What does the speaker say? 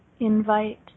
Invite